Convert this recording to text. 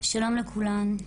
שלום לכולם.